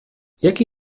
jaki